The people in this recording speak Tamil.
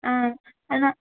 ஆ அண்ணா